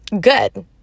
good